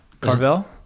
Carvel